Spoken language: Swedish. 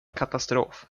katastrof